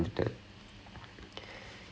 now I'm the exact opposite